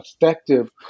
effective